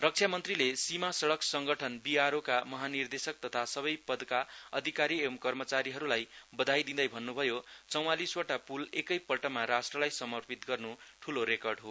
रक्षामन्त्रीले सीमा सडक संगठन बीआरओ का महानिर्देशक तथा सबै पदका अधिकारी एंव कर्मचारीहरुलाई बधाई दिँदै भन्नुभयो चौवालीसवटा पुल एकै पल्टमा राष्ट्रलाई समर्पित गर्नु ठूलो रेकर्ड हो